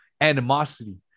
animosity